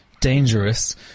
dangerous